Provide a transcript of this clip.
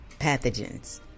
pathogens